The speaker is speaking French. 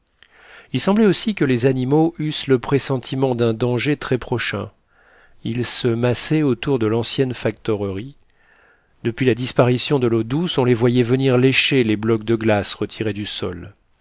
il semblait aussi que les animaux eussent le pressentiment d'un danger très prochain ils se massaient autour de l'ancienne factorerie depuis la disparition de l'eau douce on les voyait venir lécher les blocs de glace retirés du sol